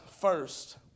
first